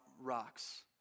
rocks